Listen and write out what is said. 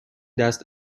دست